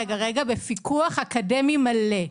בפיקוח אקדמי מלא.